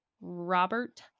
Robert